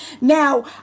now